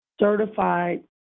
certified